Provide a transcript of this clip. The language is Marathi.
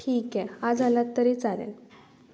ठीक आहे आज आलात तरी चालेल